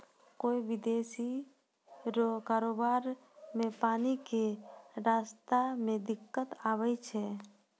कोय विदेशी रो कारोबार मे पानी के रास्ता मे दिक्कत आवै छै